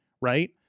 Right